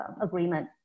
agreement